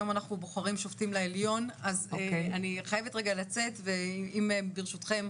היום אנחנו בוחרים שופטים לעליון אז אני חייבת רגע לצאת ואם ברשותכם,